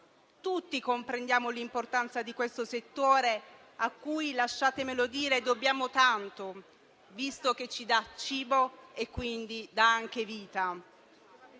Tutti comprendiamo l'importanza di questo settore, a cui - lasciatemelo dire - dobbiamo tanto, visto che ci dà cibo e quindi anche vita,